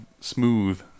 smooth